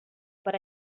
but